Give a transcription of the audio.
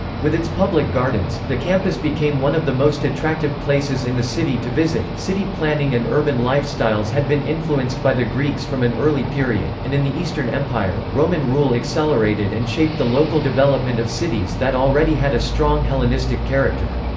with its public gardens, the campus became one of the most attractive places in the city to visit city planning and urban lifestyles had been influenced by the greeks from an early period, and in the eastern empire, roman rule accelerated and shaped the local development of cities that already had a strong hellenistic character.